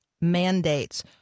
mandates